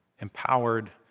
empowered